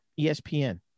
ESPN